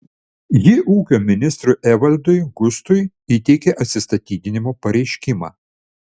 ji ūkio ministrui evaldui gustui įteikė atsistatydinimo pareiškimą